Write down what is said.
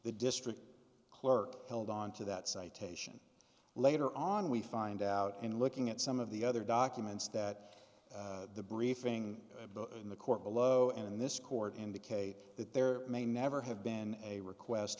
the district clerk held on to that citation later on we find out in looking at some of the other documents that the briefing in the court below in this court indicate that there may never have been a request